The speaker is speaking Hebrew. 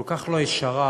כל כך לא ישרה,